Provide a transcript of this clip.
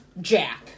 Jack